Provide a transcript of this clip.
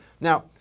Now